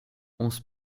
onze